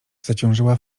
zaciążyła